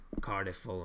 Cardiff